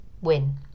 win